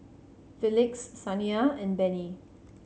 Felix Saniya and Benny